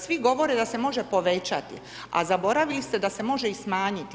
Svi govore da se može povećati, a zaboravili ste da se može i smanjiti.